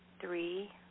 three